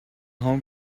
home